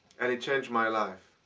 and it changed my life.